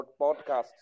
podcasts